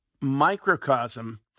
microcosm